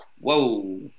Whoa